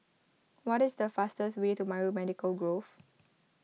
what is the fastest way to Biomedical Grove